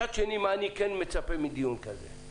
מצד שני, מה אני מצפה מדיון כזה?